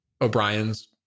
O'Brien's